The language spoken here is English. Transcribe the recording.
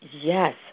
yes